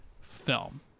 film